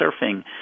surfing